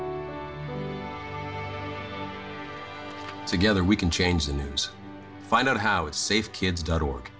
this together we can change the news find out how it's safe kids dot org